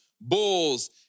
bulls